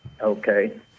okay